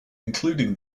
including